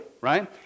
right